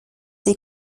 des